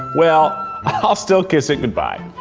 well, i'll still kiss it goodbye.